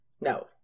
no